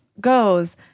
goes